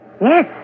Yes